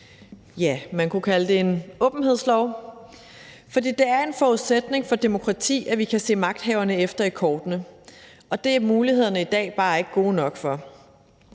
Ja, man kunne kalde det en åbenhedslov, for det er en forudsætning for demokrati, at vi kan se magthaverne efter i kortene, og det er mulighederne i dag bare ikke gode nok for.